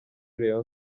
rayon